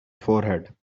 forehead